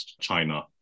China